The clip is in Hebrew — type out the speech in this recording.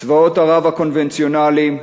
צבאות ערב הקונבנציונליים נחלשים,